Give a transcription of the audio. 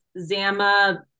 Zama